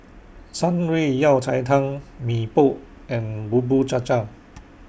Shan Rui Yao Cai Tang Mee Pok and Bubur Cha Cha